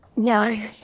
No